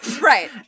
right